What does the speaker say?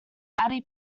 adi